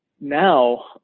Now